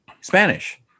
Spanish